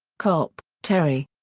copp, terry.